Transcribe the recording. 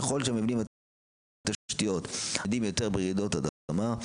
ככל שהמבנים והתשתיות עמידים יותר ברעידות אדמה,